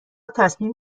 تصمیم